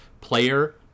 player